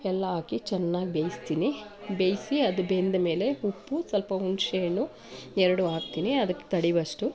ಎಲ್ಲ ಹಾಕಿ ಚೆನ್ನಾಗಿ ಬೇಯಿಸ್ತೀನಿ ಬೇಯಿಸಿ ಅದು ಬೆಂದಮೇಲೆ ಉಪ್ಪು ಸ್ವಲ್ಪ ಹುಣಸೆ ಹಣ್ಣು ಎರಡು ಹಾಕ್ತೀನಿ ಅದಕ್ಕೆ ತಡೆವಷ್ಟು